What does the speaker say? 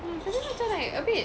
mm tapi macam like a bit